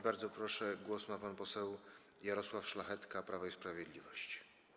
Bardzo proszę, głos ma pan poseł Jarosław Szlachetka, Prawo i Sprawiedliwość.